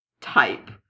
type